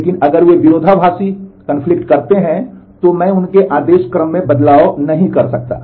लेकिन अगर वे विरोधाभासी करते हैं तो मैं उनके आदेश क्रम में बदलाव नहीं कर सकता